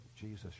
Jesus